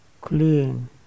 clean